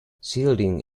shielding